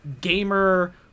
gamer